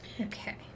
okay